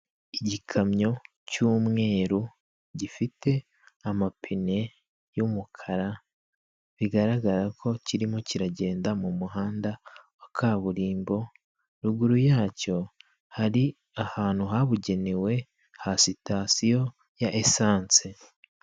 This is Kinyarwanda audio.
Igikamyo cy'umweru gifite amapine y'umukara bigaragara ko kirimo kiragenda mu muhanda wa kaburimbo, ruguru yacyo hari ahantu habugenewe ha sitasiyo ya esanse.